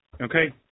Okay